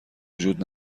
وجود